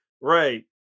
Right